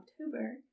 October